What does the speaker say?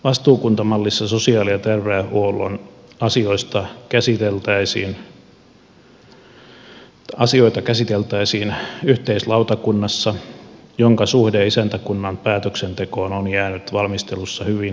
vastuukuntamallissa sosiaali ja terveydenhuollon asioita käsiteltäisiin yhteislautakunnassa jonka suhde isäntäkunnan päätöksentekoon on jäänyt valmistelussa hyvin epäselväksi